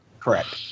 Correct